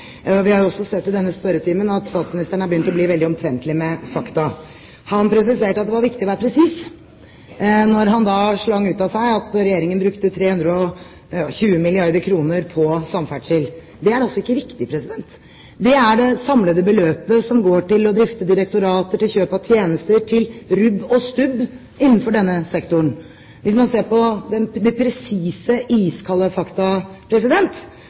og fart i Regjeringen. Vi har også sett i denne spørretimen at statsministeren har begynt å bli veldig omtrentlig med fakta. Han presiserte at det var viktig å være presis, da han slang ut av seg at Regjeringen brukte 320 milliarder kr på samferdsel. Det er altså ikke riktig. Det er det samlede beløpet som går til å drifte direktorater, til kjøp av tjenester, til rubb og stubb innenfor denne sektoren. Hvis man ser på